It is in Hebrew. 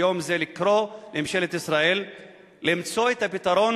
ביום זה לקרוא לממשלת ישראל למצוא את הפתרון